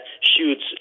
shoots